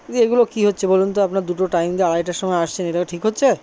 ইএগুলো কি হচ্ছে বলুন তো আপনার দুটো টাইম দিয়ে আড়াইটের সময় আসছেন এটা ঠিক হচ্ছে